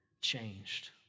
changed